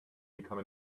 become